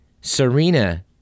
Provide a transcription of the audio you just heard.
Serena